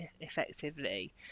effectively